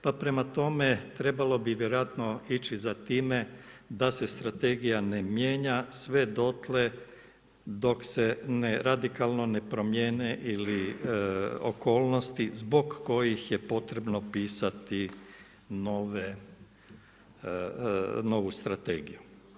Pa prema tome, trebalo bi vjerojatno ići za time da se strategija ne mijenja sve dotle dok se radikalno ne promijene ili okolnosti zbog kojih je potrebno pisati novu strategiju.